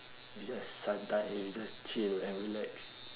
we just sunta~ and we just chill and relax